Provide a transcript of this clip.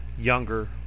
younger